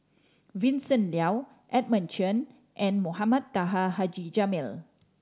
Vincent Leow Edmund Chen and Mohamed Taha Haji Jamil